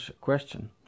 question